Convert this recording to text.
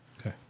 Okay